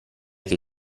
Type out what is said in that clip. che